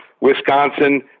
Wisconsin